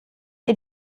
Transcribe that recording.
ihr